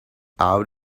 out